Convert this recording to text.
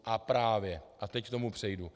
A právě a teď k tomu přejdu.